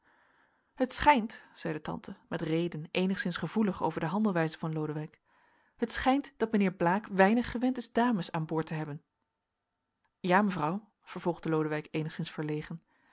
het schijnt zeide tante met reden eenigszins gevoelig over de handelwijze van lodewijk het schijnt dat mijnheer blaek weinig gewend is dames aan boord te hebben ja mevrouw vervolgde lodewijk eenigszins verlegen